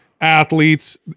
athletes